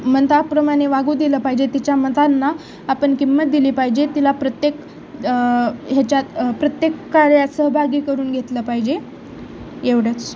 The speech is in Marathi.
मताप्रमाणे वागू दिलं पाहिजे तिच्या मतांना आपण किंमत दिली पाहिजे तिला प्रत्येक ह्याच्यात प्रत्येक कार्यात सहभागी करून घेतलं पाहिजे एवढंच